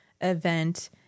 event